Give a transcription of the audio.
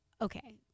okay